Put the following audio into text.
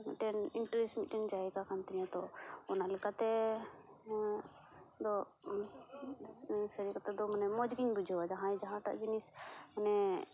ᱢᱤᱫᱴᱮᱱ ᱤᱱᱴᱟᱨᱮᱥ ᱢᱤᱫᱴᱮᱱ ᱡᱟᱭᱜᱟ ᱠᱟᱱ ᱛᱤᱧᱟᱹ ᱛᱚ ᱚᱱᱟ ᱞᱮᱠᱟᱛᱮ ᱫᱚ ᱥᱮᱱ ᱠᱟᱛᱮ ᱫᱚ ᱢᱟᱱᱮ ᱢᱚᱡᱽ ᱜᱮᱧ ᱵᱩᱡᱷᱟᱹᱣᱟ ᱡᱟᱦᱟᱸᱭ ᱡᱟᱦᱟᱸᱴᱟᱜ ᱡᱤᱱᱤᱥ ᱢᱟᱱᱮ